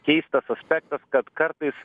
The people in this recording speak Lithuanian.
keistas aspektas kad kartais